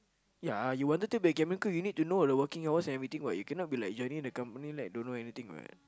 ya you want to be cabin crew you need to know the working hours and everything what you cannot be like joining the company like don't know anything what